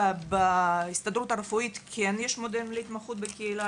בהסתדרות הרפואית יש מודלים להתמחות בקהילה.